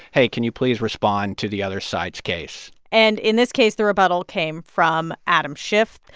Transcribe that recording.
hey, can you please respond to the other side's case? and in this case, the rebuttal came from adam schiff,